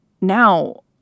Now